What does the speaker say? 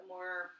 more